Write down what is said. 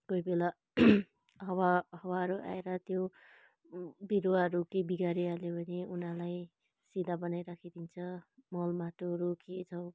कोही बेला हावा हावाहरू आएर त्यो बिरुवाहरू केही बिगारिहाल्यो भने उनीहरूलाई सिधा बनाई राखिदिन्छ मल माटोहरू के छ